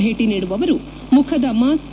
ಭೇಟ ನೀಡುವವರು ಮುಖದ ಮಾಸ್ತ್